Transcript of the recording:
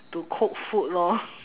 to cook food lor